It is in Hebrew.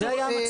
זה היה המצב.